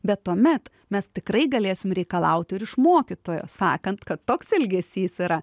bet tuomet mes tikrai galėsim reikalauti ir iš mokytojo sakant kad toks elgesys yra